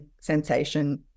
sensation